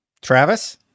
Travis